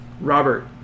Robert